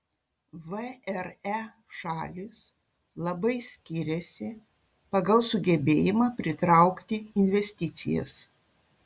vre šalys labai skiriasi pagal sugebėjimą pritraukti investicijas